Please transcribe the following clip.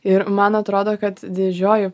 ir man atrodo kad didžioji